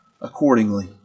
accordingly